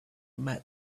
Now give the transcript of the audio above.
met